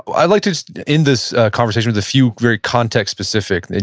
i'd like to just end this conversation with a few very context-specific, and